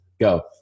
go